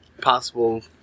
possible